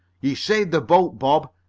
you saved the boat, bob.